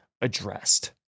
addressed